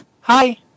Hi